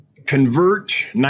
convert